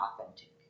authentic